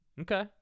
Okay